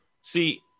see